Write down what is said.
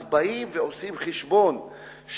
אז באים ועושים חשבון,